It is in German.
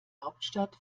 hauptstadt